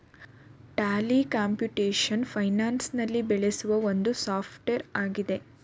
Tally computation finance ನಲ್ಲಿ ಬೆಳೆಸುವ ಒಂದು ಸಾಫ್ಟ್ವೇರ್ ಆಗಿದೆ